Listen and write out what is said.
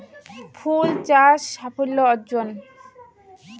ফুল চাষ সাফল্য অর্জন?